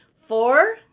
four